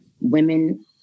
women